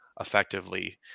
effectively